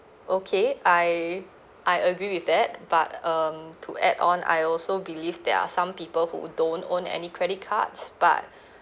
okay I I agree with that but um to add on I also believe there are some people who don't own any credit cards but